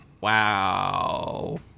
Wow